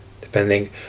Depending